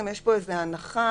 ביסוד הדבר הזה יש הנחה